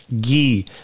ghee